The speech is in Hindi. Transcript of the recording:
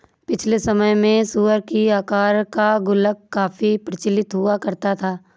पिछले समय में सूअर की आकार का गुल्लक काफी प्रचलित हुआ करता था